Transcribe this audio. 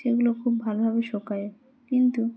সেগুলো খুব ভালোভাবে শুকায় কিন্তু